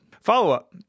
Follow-up